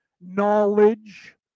knowledge